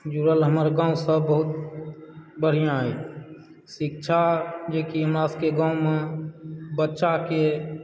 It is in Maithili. जुड़ल हमर गाँवसँ बहुत बढ़िआँ एहि शिक्षा जेकि हमरा सभकेँ गाँवमऽ बच्चाकेँ